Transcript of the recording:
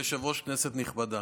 כבוד היושב-ראש, כנסת נכבדה,